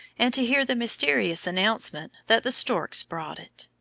and to hear the mysterious announcement that the storks brought it.